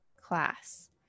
class